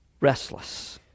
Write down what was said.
restless